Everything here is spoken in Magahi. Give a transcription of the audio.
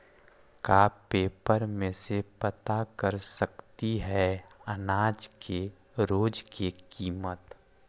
का पेपर में से पता कर सकती है अनाज के रोज के किमत?